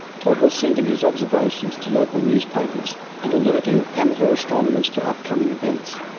todd was sending his observations to local newspapers and alerting amateur astronomers to upcoming events.